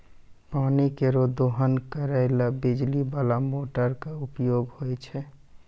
पानी केरो दोहन करै ल बिजली बाला मोटर क उपयोग होय छै